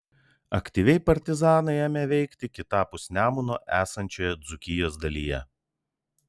aktyviai partizanai ėmė veikti kitapus nemuno esančioje dzūkijos dalyje